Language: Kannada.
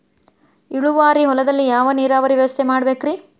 ಇಳುವಾರಿ ಹೊಲದಲ್ಲಿ ಯಾವ ನೇರಾವರಿ ವ್ಯವಸ್ಥೆ ಮಾಡಬೇಕ್ ರೇ?